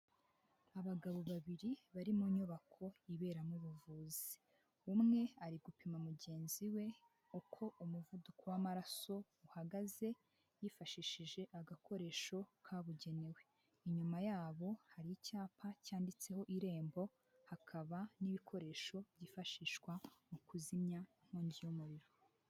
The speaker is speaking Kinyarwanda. Abagabo babiri bari mu nyubako iberamo ubuvuzi, umwe ari gupima mugenzi we uko umuvuduko w'amaraso uhagaze yifashishije agakoresho kabugenewe, inyuma yabo hari icyapa cyanditseho irembo hakaba n'ibikoresho byifashishwa mu kuzimya inkongi y'umuriro.